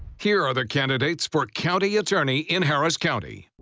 here are the candidates for county attorney in harris county.